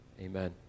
amen